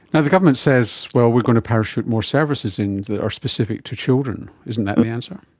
and the government says, well, we are going to parachute more services in that are specific to children. isn't that the answer?